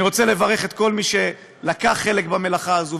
אני רוצה לברך את כל מי שלקח חלק במלאכה הזאת,